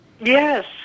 yes